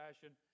fashion